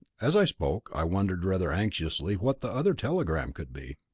as i spoke, i wondered rather anxiously what the other telegram could be.